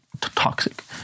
toxic